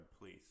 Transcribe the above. please